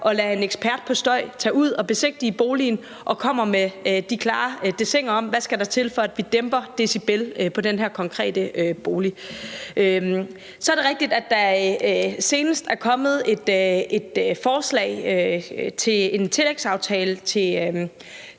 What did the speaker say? at lade en ekspert i støj tage ud og besigtige boligen og komme med klare dessiner om, hvad der skal til, for at man dæmper decibel i forhold til den her konkrete bolig. Så er det rigtigt, at der senest er kommet et forslag til en tillægsaftale til